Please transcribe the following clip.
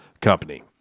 Company